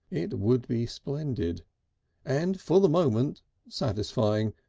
it would be splendid and for the moment satisfying.